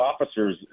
officers